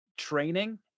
Training